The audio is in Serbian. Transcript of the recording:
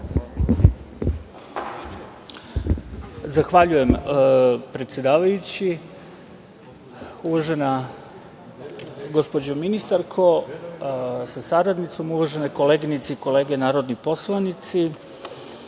Zahvaljujem, predsedavajući. Uvažena gospođo ministarko sa saradnicom, uvažene koleginice i kolege narodni poslanici,